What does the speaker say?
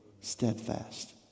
steadfast